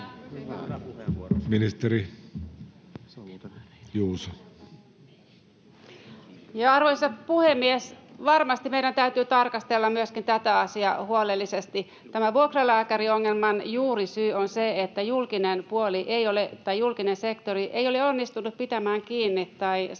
Arvoisa puhemies! Varmasti meidän täytyy tarkastella myöskin tätä asiaa huolellisesti. Tämän vuokralääkäriongelman juurisyy on se, että julkinen sektori ei ole onnistunut pitämään kiinni tai saamaan